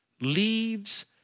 leaves